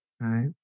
Right